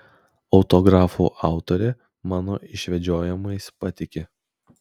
autografų autorė mano išvedžiojimais patiki